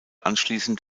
anschließend